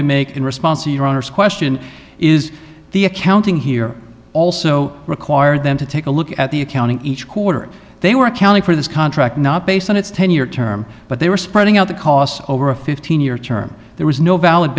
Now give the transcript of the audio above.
to make in response to your honor's question is the accounting here also require them to take a look at the accounting each quarter they were accounting for this contract not based on its ten year term but they were spreading out the costs over a fifteen year term there was no valid